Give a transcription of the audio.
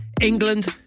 England